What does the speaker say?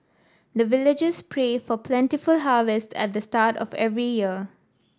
the villagers pray for plentiful harvest at the start of every year